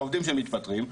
ועובדים שמתפטרים,